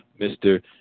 Mr